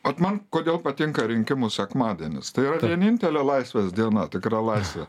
ot man kodėl patinka rinkimų sekmadienis tai yra ta vienintelė laisvės diena tikra laisvė